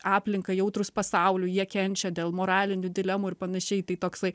aplinkai jautrūs pasauliui jie kenčia dėl moralinių dilemų ir panašiai tai toksai